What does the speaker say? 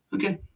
Okay